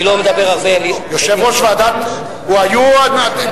יושב-ראש ועדת, אני לא מדבר הרבה.